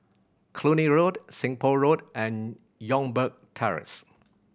Cluny Road Seng Poh Road and Youngberg Terrace